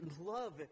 love